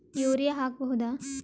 Urea ಹಾಕ್ ಬಹುದ?